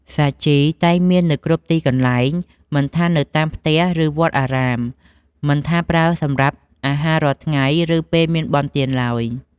សាជីតែងមាននៅគ្រប់ទីកន្លែង មិនថានៅតាមផ្ទះឬវត្តអារាម មិនថាប្រើសម្រាប់គ្របអាហាររាល់ថ្ងៃ ឬពេលមានបុណ្យទានឡើយ។